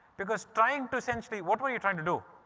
because trying to essentially, what were you trying to do?